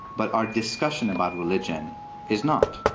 but our discussion about religion is not.